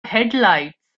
headlights